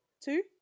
two